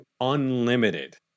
unlimited